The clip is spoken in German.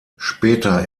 später